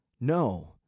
No